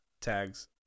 tags